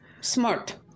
Smart